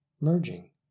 merging